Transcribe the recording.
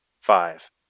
five